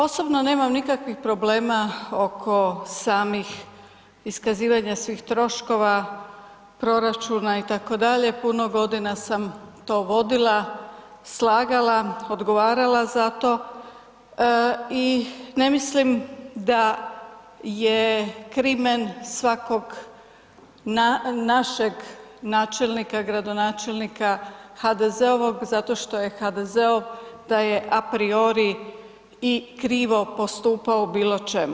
Osobno nemam nikakvih problema oko samih iskazivanja svih troškova proračuna itd., puno godina sam to vodila, slagala, odgovarala za to i ne mislim da je krimen svakog našeg načelnika, gradonačelnika HDZ-ovog zato što je HDZ-ov da je a priori i krivo postupao u bilo čemu.